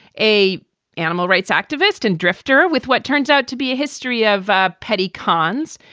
a animal rights activist and drifter with what turns out to be a history of ah petty cons.